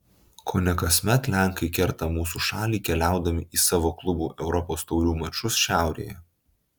kone kasmet lenkai kerta mūsų šalį keliaudami į savo klubų europos taurių mačus šiaurėje